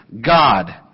God